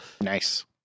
Nice